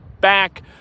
back